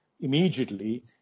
immediately